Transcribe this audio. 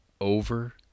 Over